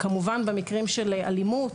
כמובן במקרים של אלימות,